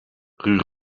rue